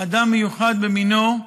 אדם מיוחד במינו,